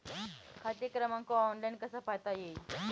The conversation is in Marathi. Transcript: खाते क्रमांक ऑनलाइन कसा पाहता येईल?